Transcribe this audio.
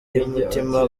y’umutima